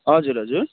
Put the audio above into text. हजुर हजुर